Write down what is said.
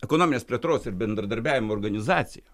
ekonominės plėtros ir bendradarbiavimo organizacija